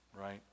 right